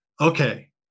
okay